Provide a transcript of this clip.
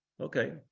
Okay